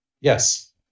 Yes